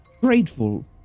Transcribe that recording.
grateful